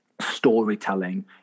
storytelling